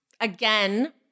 Again